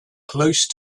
close